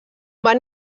van